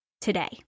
today